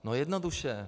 No jednoduše.